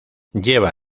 lleva